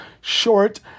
Short